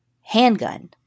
handgun